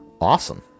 Awesome